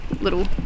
little